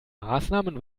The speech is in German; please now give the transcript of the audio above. maßnahmen